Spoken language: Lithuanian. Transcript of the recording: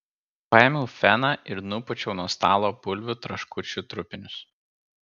paėmiau feną ir nupūčiau nuo stalo bulvių traškučių trupinius